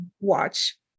watch